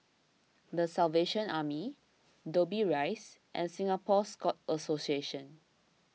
the Salvation Army Dobbie Rise and Singapore Scout Association